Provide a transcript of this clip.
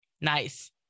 Nice